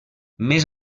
més